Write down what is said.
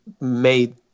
made